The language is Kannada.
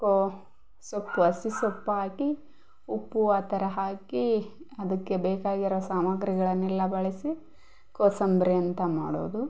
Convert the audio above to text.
ಕೋ ಸೊಪ್ಪು ಹಸಿ ಸೊಪ್ಪು ಹಾಕಿ ಉಪ್ಪು ಆ ಥರ ಹಾಕಿ ಅದಕ್ಕೆ ಬೇಕಾಗಿರೋ ಸಾಮಾಗ್ರಿಗಳನ್ನೆಲ್ಲ ಬಳಸಿ ಕೋಸಂಬರಿ ಅಂತ ಮಾಡೋದು